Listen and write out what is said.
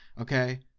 okay